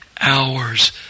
hours